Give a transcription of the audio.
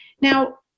Now